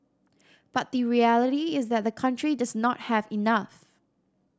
but the reality is that the country does not have enough